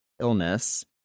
illness